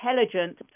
intelligent